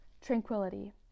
Tranquility